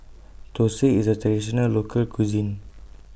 Thosai IS A Traditional Local Cuisine